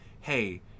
hey